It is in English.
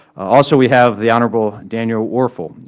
also, we have the honorable daniel werfel,